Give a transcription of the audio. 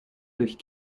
durch